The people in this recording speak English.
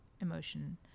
emotion